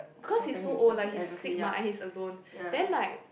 because he's like so old like he's sick mah and he's alone then like